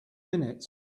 minutes